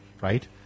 Right